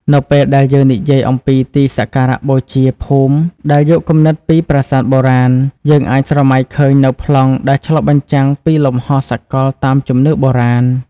នៅពេលដែលយើងនិយាយអំពីទីសក្ការៈបូជាភូមិដែលយកគំនិតពីប្រាសាទបុរាណ យើងអាចស្រមៃឃើញនូវប្លង់ដែលឆ្លុះបញ្ចាំងពីលំហសកលតាមជំនឿបុរាណ។